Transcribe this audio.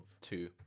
two